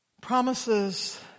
Promises